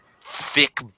thick